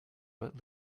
but